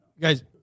guys